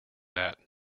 that